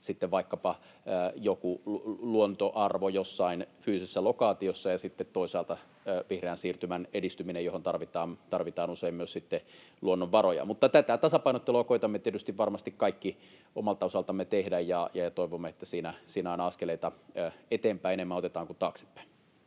vaikkapa joku luontoarvo jossain fyysisessä lokaatiossa ja toisaalta vihreän siirtymän edistyminen, johon tarvitaan usein myös luonnonvaroja. Mutta tätä tasapainottelua koetamme tietysti varmasti kaikki omalta osaltamme tehdä ja toivomme, että siinä aina otetaan enemmän askeleita eteenpäin kuin taaksepäin.